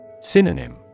Synonym